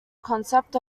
concept